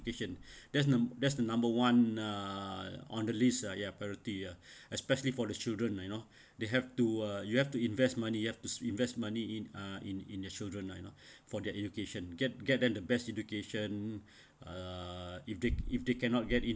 that's numb~ that's the number one uh on the list ah ya priority ya especially for the children ah you know they have to uh you have to invest money you have to invest money in uh in in their children ah you know for their education get get them the best education uh if they if they cannot get in